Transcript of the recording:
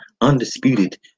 undisputed